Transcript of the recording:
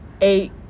Eight